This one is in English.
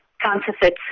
counterfeit